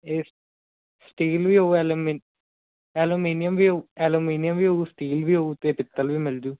ਇਹ ਸਟੀਲ ਵੀ ਹੋਊ ਐਲੂਮੀਨੀ ਐਲੂਮੀਨੀਅਮ ਵੀ ਹੋਊ ਐਲੂਮੀਨੀਅਮ ਵੀ ਹੋਊ ਸਟੀਲ ਵੀ ਹੋਊ ਅਤੇ ਪਿੱਤਲ ਵੀ ਮਿਲਜੂ